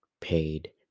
paid